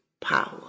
power